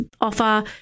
offer